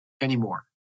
anymore